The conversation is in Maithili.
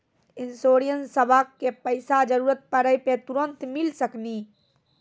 इंश्योरेंसबा के पैसा जरूरत पड़े पे तुरंत मिल सकनी?